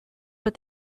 but